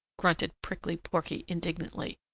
grunted prickly porky indignantly.